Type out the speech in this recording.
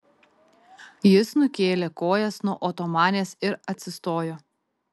jis nukėlė kojas nuo otomanės ir atsistojo